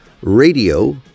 radio